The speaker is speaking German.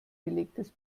belegtes